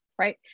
right